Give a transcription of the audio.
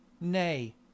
nay